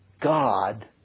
God